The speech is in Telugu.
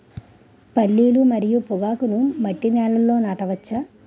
పల్లీలు మరియు పొగాకును మట్టి నేలల్లో నాట వచ్చా?